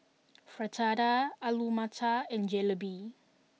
Fritada Alu Matar and Jalebi